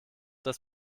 das